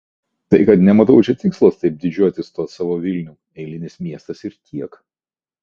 taip kad nematau čia tikslo taip didžiuotis tuo savo vilnium eilinis miestas ir tiek